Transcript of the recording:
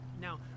Now